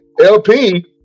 LP